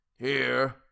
Here